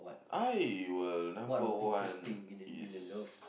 I will number one is